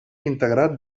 integrat